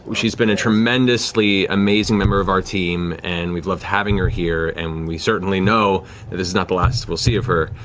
she's been a tremendously amazing member of our team, and we've loved having her here, and we certainly know this is not the last we'll see of her,